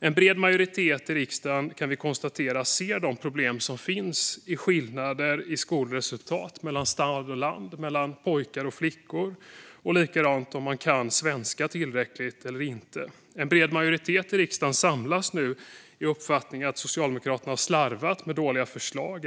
En bred majoritet i riksdagen ser, kan vi konstatera, de problem som finns med skillnader i skolresultat mellan stad och land, mellan pojkar och flickor och mellan dem som kan respektive inte kan svenska tillräckligt bra. En bred majoritet i riksdagen samlas nu kring uppfattningen att Socialdemokraterna har slarvat med dåliga förslag.